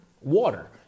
water